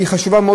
היא חשובה מאוד,